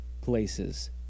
places